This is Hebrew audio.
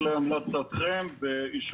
אז אני אשמח להמלצתכם ואישורכם.